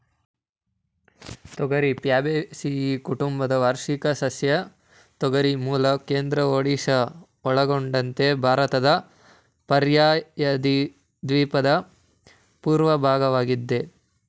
ತೊಗರಿ ಫ್ಯಾಬೇಸಿಯಿ ಕುಟುಂಬದ ವಾರ್ಷಿಕ ಸಸ್ಯ ತೊಗರಿ ಮೂಲ ಕೇಂದ್ರ ಒಡಿಶಾ ಒಳಗೊಂಡಂತೆ ಭಾರತದ ಪರ್ಯಾಯದ್ವೀಪದ ಪೂರ್ವ ಭಾಗವಾಗಿದೆ